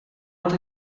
это